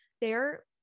they're-